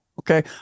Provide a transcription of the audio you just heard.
okay